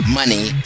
money